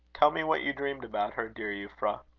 tell me what you dreamed about her, dear euphra.